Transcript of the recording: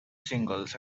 singles